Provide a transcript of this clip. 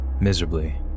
miserably